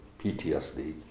PTSD